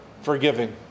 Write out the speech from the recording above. forgiving